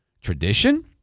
tradition